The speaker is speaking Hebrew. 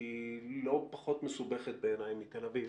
שהיא לא פחות מסובכת בעיניי מתל אביב,